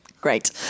Great